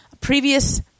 previous